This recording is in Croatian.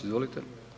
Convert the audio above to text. Izvolite.